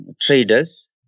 traders